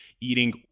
eating